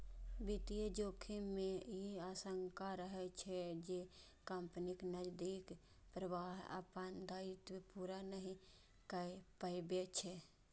वित्तीय जोखिम मे ई आशंका रहै छै, जे कंपनीक नकदीक प्रवाह अपन दायित्व पूरा नहि कए पबै छै